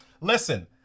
Listen